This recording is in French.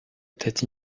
était